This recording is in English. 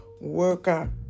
worker